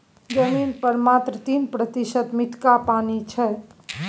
जमीन पर मात्र तीन प्रतिशत मीठका पानि छै